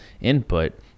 input